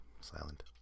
Silent